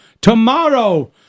tomorrow